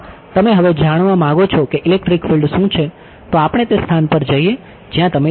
હા તમે હવે જાણવા માગો છો કે ઇલેક્ટ્રિક ફિલ્ડ શું છે તો આપણે તે સ્થાન પર જઈએ જ્યાં તમે ઇચ્છો છો